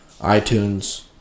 iTunes